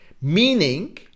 meaning